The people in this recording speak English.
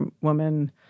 Woman